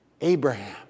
Abraham